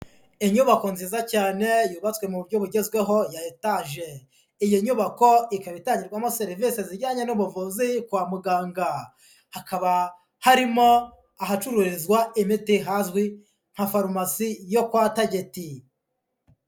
Inyubako nziza cyane yubatswe mu buryo bugezweho ya etaje, iyi nyubako ikaba itangirwamo serivisi zijyanye n'ubuvuzi kwa muganga, hakaba harimo ahacururizwa imiti hazwi nka farumasi yo kwa Tageti.